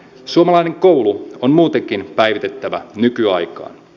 suomalainen koulu on muutenkin päivitettävä nykyaikaan